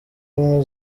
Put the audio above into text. ubumwe